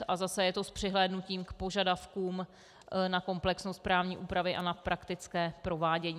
A zase je to s přihlédnutím k požadavkům na komplexnost právní úpravy a na praktické provádění.